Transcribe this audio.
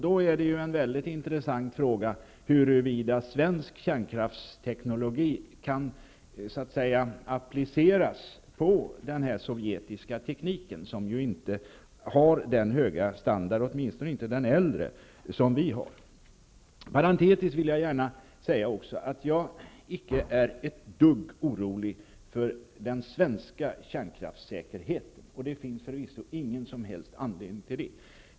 Det är då en väldigt intressant fråga huruvida svensk kärnkraftsteknologi kan så att säga appliceras på den sovjetiska tekniken, som inte har denna höga standard -- åtminstone inte den äldre -- som den svenska. Parantentiskt vill jag gärna säga att jag icke är ett dugg orolig för den svenska kärnkraftssäkerheten. Det finns förvisso ingen som helst anledning därtill.